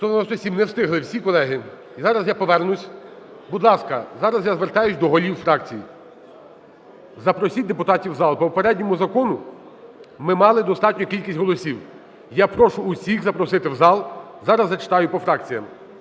Не встигли всі колеги. Зараз я повернуся. Будь ласка, зараз я звертаюсь до голів фракцій: запросіть депутатів в зал. По попередньому закону ми мали достатню кількість голосів. Я прошу усіх запросити в зал. Зараз зачитаю по фракціям.